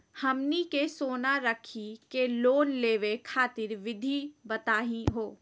हमनी के सोना रखी के लोन लेवे खातीर विधि बताही हो?